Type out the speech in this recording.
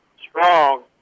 Strong